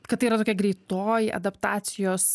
kad tai yra tokia greitoji adaptacijos